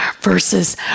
versus